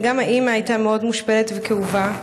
וגם היא הייתה מאוד מושפלת וכאובה,